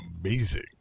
amazing